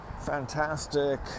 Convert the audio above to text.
fantastic